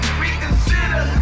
reconsider